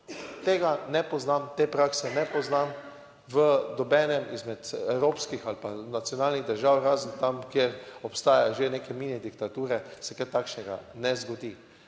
Tega ne poznam, te prakse ne poznam v nobenem izmed evropskih ali pa nacionalnih držav, razen tam, kjer obstajajo že neke mini diktature, se kaj takšnega ne zgodi.